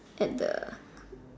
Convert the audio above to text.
at the